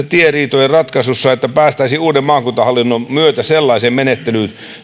tieriitojen ratkaisussa päästäisiin uuden maakuntahallinnon myötä sellaiseen menettelyyn